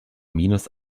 minus